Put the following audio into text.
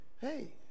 Hey